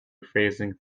rephrasing